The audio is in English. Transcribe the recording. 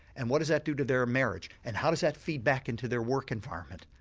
and what does that do to their marriage, and how does that feedback into their work environment?